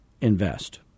invest